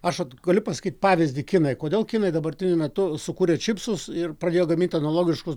aš galiu pasakyt pavyzdį kinai kodėl kinai dabartiniu metu sukurė čipsus ir pradėjo gamint analogiškus